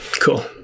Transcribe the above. cool